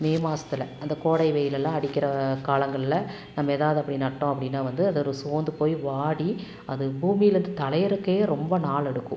மே மாதத்துல அந்த கோடை வெயில்லெல்லாம் அடிக்கிற காலங்களில் நம்ப எதாவது அப்படி நட்டோம் அப்படினா வந்து அது சோர்ந்து போய் வாடி அது பூமியில தளையரக்கே ரொம்ப நாள் எடுக்கும்